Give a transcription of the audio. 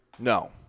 No